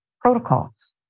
Protocols